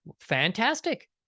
Fantastic